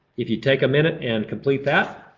if you take a minute and complete that,